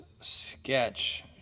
sketch